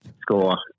score